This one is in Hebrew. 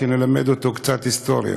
שנלמד אותו קצת היסטוריה.